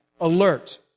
alert